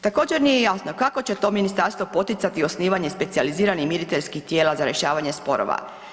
Također, nije jasno kako će to ministarstvo poticani osnivanje specijaliziranih miriteljskih tijela za rješavanje sporova.